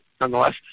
nonetheless